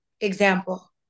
example